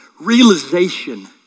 Realization